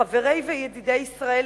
חברי וידידי ישראל,